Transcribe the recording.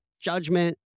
judgment